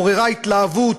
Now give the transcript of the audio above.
עוררה התלהבות,